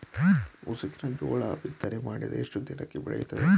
ಮುಸುಕಿನ ಜೋಳ ಬಿತ್ತನೆ ಮಾಡಿದ ಎಷ್ಟು ದಿನಕ್ಕೆ ಬೆಳೆಯುತ್ತದೆ?